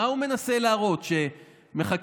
מה הוא מנסה להראות?